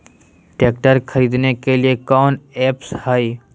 Tractor खरीदने के लिए कौन ऐप्स हाय?